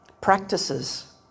practices